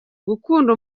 gukunda